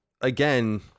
again